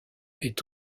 est